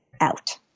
out